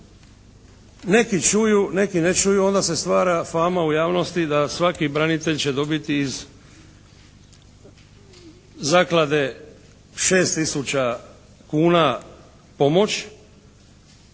neki čuju, neki ne čuju, onda se stvara fama u javnosti da svaki branitelj će dobiti iz zaklade 6 tisuća kuna pomoć